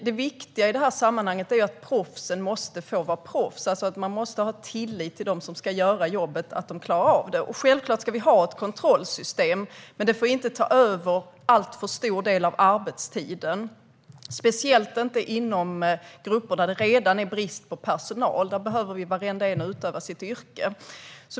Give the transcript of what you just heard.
Det viktiga i det här sammanhanget är att proffsen måste få vara proffs, alltså att man måste ha tillit till att de som ska göra jobbet klarar av det. Självklart ska vi ha ett kontrollsystem, men det får inte ta över en alltför stor del av arbetstiden, speciellt inte inom grupper där det redan är brist på personal. Där behöver varenda en få utöva sitt yrke.